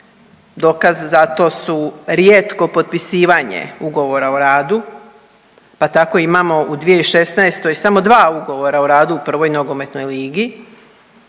Dokaz za to su rijetko potpisivanje ugovora o radu, pa tako imamo u 2016. samo dva ugovora o radu u 1. nogometnoj ligi,